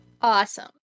Awesome